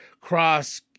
Cross